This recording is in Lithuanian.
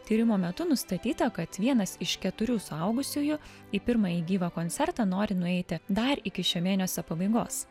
tyrimo metu nustatyta kad vienas iš keturių suaugusiųjų į pirmąjį gyvą koncertą nori nueiti dar iki šio mėnesio pabaigos